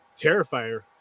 Terrifier